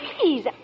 please